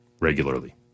regularly